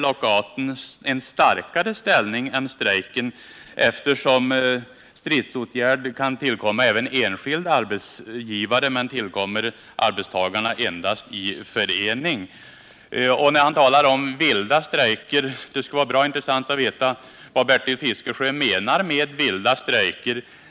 lockouten en starkare ställning än strejken, eftersom stridsåtgärd kan tillkomma även enskild arbetsgivare men tillkommer arbetstagarna endast i förening. Det skulle vara bra intressant att veta vad Bertil Fiskesjö menar med vilda strejker.